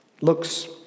looks